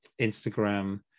instagram